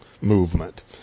movement